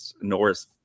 Norris